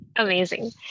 Amazing